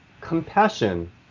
compassion